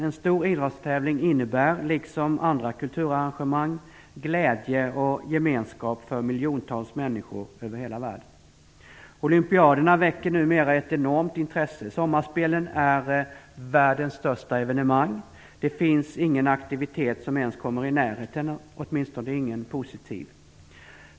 En stor idrottstävling innebär, liksom andra kulturarrangemang, glädje och gemenskap för miljontals människor över hela världen. Olympiaderna väcker numera ett enormt intresse. Sommarspelen är världens största evenemang. Det finns ingen aktivitet som ens kommer i närheten - åtminstone ingen positiv.